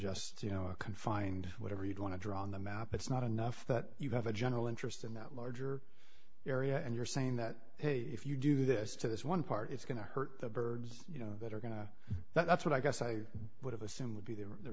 just you know a confined whatever you'd want to draw on the map it's not enough that you have a general interest in that larger area and you're saying that hey if you do this to this one part it's going to hurt the birds you know that are going to that's what i guess i would assume would be the